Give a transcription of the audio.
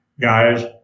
guys